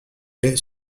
ait